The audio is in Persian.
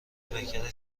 پیکر